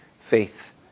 faith